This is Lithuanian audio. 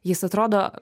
jis atrodo